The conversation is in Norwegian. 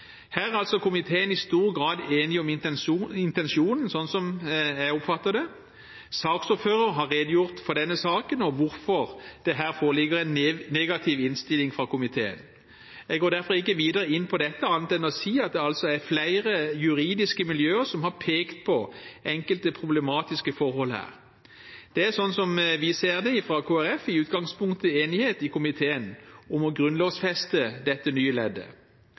Her er komiteen i stor grad enig i intensjonen, slik jeg oppfatter det. Saksordføreren har redegjort for denne saken og hvorfor det her foreligger en negativ innstilling fra komiteen. Jeg går derfor ikke videre inn på dette, annet enn å si at det er flere juridiske miljøer som har pekt på enkelte problematiske forhold her. Det var, slik vi ser det fra Kristelig Folkepartis side, i utgangspunktet enighet i komiteen om å grunnlovfeste dette nye leddet.